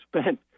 spent